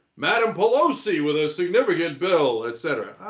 madam pelosi with a significant bill, et cetera.